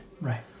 right